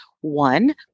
One